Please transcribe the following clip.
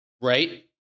right